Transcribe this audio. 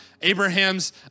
Abraham's